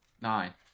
Nine